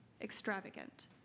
extravagant